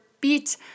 beat